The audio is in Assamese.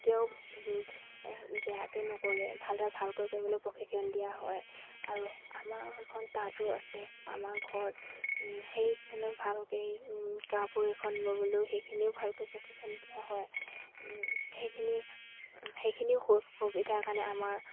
কেতিয়াও বেয়াকে নকৰে ভালদৰে ভালকৈ কৰিবলৈ প্ৰশিক্ষণ দিয়া হয় আৰু আমাৰ এখন তাঁতো আছে আমাৰ ঘৰত সেইখনে ভালকে সেইখিনিও ভালকৈ প্ৰশিক্ষণ দিয়া হয় সেইখিনি সেইখিনিও সুবিধাৰ কাৰণে আমাৰ